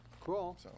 Cool